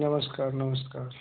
नमस्कार नमस्कार